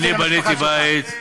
אני בניתי בית,